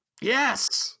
Yes